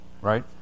right